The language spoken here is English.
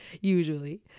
usually